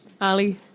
Ali